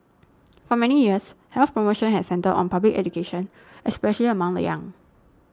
for many years health promotion had centred on public education especially among the young